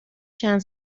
چند